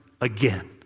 again